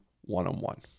one-on-one